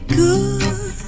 good